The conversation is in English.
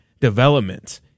development